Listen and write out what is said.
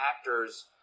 actors